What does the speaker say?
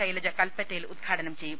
ശൈലജ കൽപ്പറ്റയിൽ ഉദ്ഘാടനം ചെയ്യും